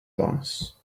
boss